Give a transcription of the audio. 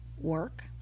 work